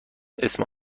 اسم